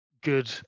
good